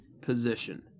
position